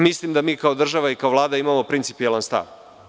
Mislim da mi kao država i kao Vlada imamo principijelan stav.